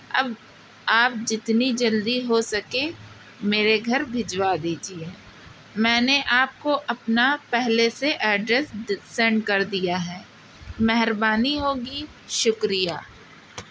اب آپ جتنی جلدی ہو سکے میرے گھر بھجوا دیجیے میں نے آپ کو اپنا پہلے سے ایڈریس سینڈ کر دیا ہے مہربانی ہوگی شکریہ